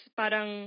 parang